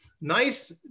Nice